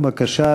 בבקשה,